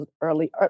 early